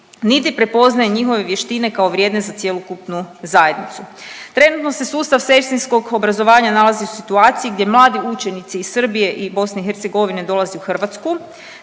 niti prepoznaje njihove vještine kao vrijedne za cjelokupnu zajednicu. Trenutno se sustav sestrinskog obrazovanja nalazi u situaciji gdje mladi učenici iz Srbije i BiH dolaze u Hrvatsku,